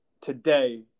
today